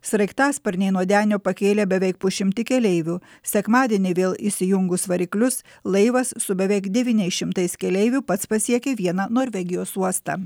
sraigtasparniai nuo denio pakėlė beveik pusšimtį keleivių sekmadienį vėl įsijungus variklius laivas su beveik devyniais šimtais keleivių pats pasiekė vieną norvegijos uostą